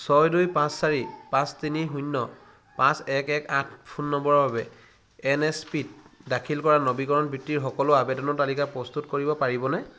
ছয় দুই পাঁচ চাৰি পাঁচ তিনি শূন্য পাঁচ এক এক আঠ ফোন নম্বৰৰ বাবে এন এছ পি ত দাখিল কৰা নৱীকৰণ বৃত্তিৰ সকলো আবেদনৰ তালিকা প্ৰস্তুত কৰিব পাৰিবনে